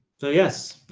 so, yes.